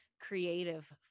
creative